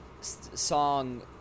song